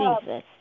Jesus